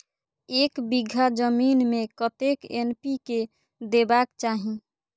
एक बिघा जमीन में कतेक एन.पी.के देबाक चाही?